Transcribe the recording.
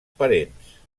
parents